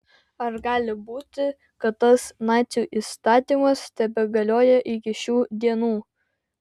ar gali būti kad tas nacių įstatymas tebegalioja iki šių dienų